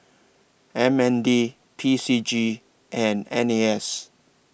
M N D P C G and N A S